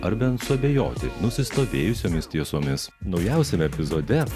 ar bent suabejoti nusistovėjusiomis tiesomis naujausiame epizode